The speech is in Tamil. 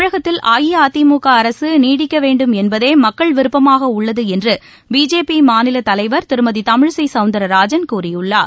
தமிழகத்தில் அஇஅதிமுக அரசு நீடிக்க வேண்டும் என்பதே மக்கள் விருப்பமாக உள்ளது என்று பிஜேபி மாநிலத்தலைவர் திருமதி தமிழிசை சௌந்தரராஜன் கூறியுள்ளார்